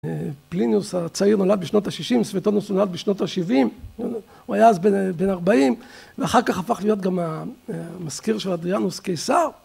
פליניוס הצעיר נולד בשנות השישים, ספייטונוס נולד בשנות השבעים, הוא היה אז בן ארבעים ואחר כך הפך להיות גם המזכיר של אדריאנוס קיסר